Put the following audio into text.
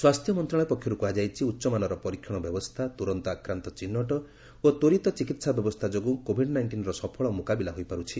ସ୍ୱାସ୍ଥ୍ୟ ମନ୍ତ୍ରଣାଳୟ ପକ୍ଷର୍ କୃହାଯାଇଛି ଉଚ୍ଚ ମାନର ପରୀକ୍ଷଣ ବ୍ୟବସ୍ଥା ତ୍ରରନ୍ତ ଆକ୍ରାନ୍ତ ଚିହ୍ରଟ ଓ ତ୍ୱରିତ ଚିକିତ୍ସା ବ୍ୟବସ୍ଥା ଯୋଗୁଁ କୋଭିଡ୍ ନାଇଣ୍ଟିନ୍ର ସଫଳ ମୁକାବିଲା ହୋଇପାରୁଛି